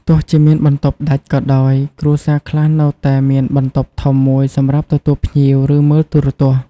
ទោះជាមានបន្ទប់ដាច់ក៏ដោយ គ្រួសារខ្លះនៅតែមានបន្ទប់ធំមួយសម្រាប់ទទួលភ្ញៀវ ឬមើលទូរទស្សន៍។